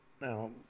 Now